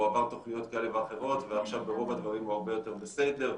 והוא עבר תוכניות כאלה ואחרות ועכשיו ברוב הדברים הוא הרבה יותר בסדר,